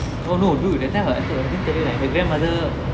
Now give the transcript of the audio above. oh no dude that time I I told I didn't tell you right her grandmother